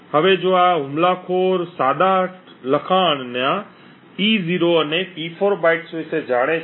હવે જો આ હુમલાખોર સાદા લખાણ ના P0 અને P4 બાઇટ્સ વિશે જાણ્યું છે